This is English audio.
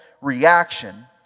reaction